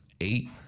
Eight